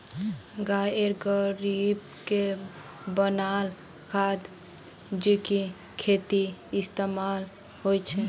गायेर गोबर से बनाल खाद जैविक खेतीत इस्तेमाल होछे